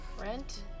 Rent